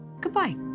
goodbye